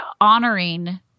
honoring